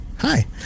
hi